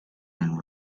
and